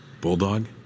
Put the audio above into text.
bulldog